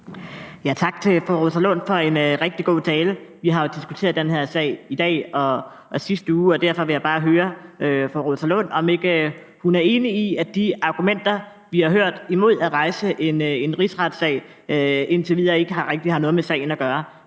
Tak til fru Rosa Lund for en rigtig god tale. Vi har jo diskuteret den her sag i dag og i sidste uge, og derfor vil jeg bare høre fru Rosa Lund, om ikke hun er enig i, at de argumenter, vi har hørt, imod at rejse en rigsretssag, indtil videre ikke rigtig har noget med sagen at gøre.